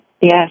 Yes